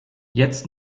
jetzt